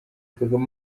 kagame